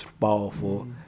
powerful